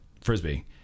frisbee